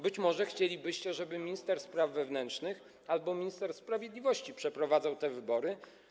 Być może chcielibyście, żeby minister spraw wewnętrznych albo minister sprawiedliwości przeprowadzał te wybory.